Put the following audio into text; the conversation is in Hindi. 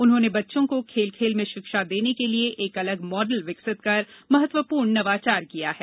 उन्होंने बच्चों को खेल खेल में शिक्षा देने के लिये एक अलग मॉडल विकसित कर महत्वपूर्ण नवाचार किया है